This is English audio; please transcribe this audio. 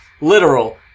literal